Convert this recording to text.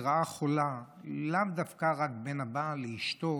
זו רעה חולה לאו דווקא רק בין הבעל לאשתו,